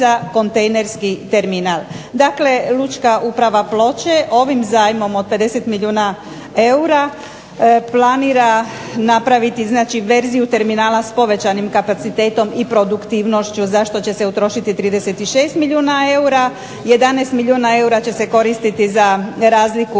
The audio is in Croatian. Dakle lučka uprava Ploče ovim zajmom od 50 milijuna eura planira napraviti znači verziju terminala s povećanim kapacitetom i produktivnošću za što će se utrošiti 36 milijuna eura, 11 milijuna eura će se koristiti za razliku u cijeni